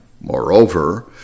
moreover